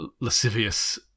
lascivious